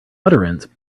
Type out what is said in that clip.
utterance